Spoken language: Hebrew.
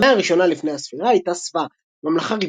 עד המאה ה-1 לפנה"ס הייתה סבא ממלכה